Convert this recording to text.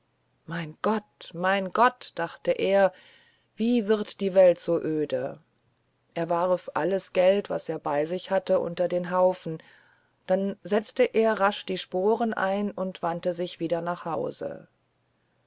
mein gott mein gott dachte er wie wird die welt so öde er warf alles geld das er bei sich hatte unter den haufen dann setzte er rasch die sporen ein und wandte sich wieder nach hause